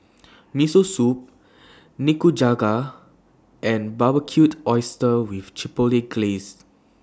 Miso Soup Nikujaga and Barbecued Oysters with Chipotle Glaze